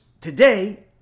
today